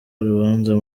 urubanza